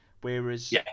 whereas